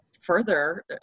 further